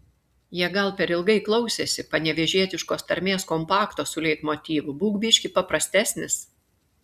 jie gal per ilgai klausėsi panevėžietiškos tarmės kompakto su leitmotyvu būk biškį paprastesnis